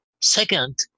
Second